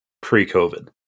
pre-COVID